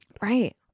Right